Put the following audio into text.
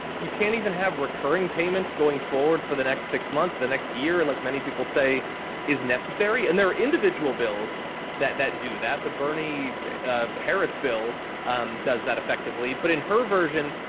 you can't even have recurring payments going forward for the next six months, the next year, like many people say is necessary. and there are individual bills that that do that. the bernie harris bill does that effectively. but in her version,